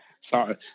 Sorry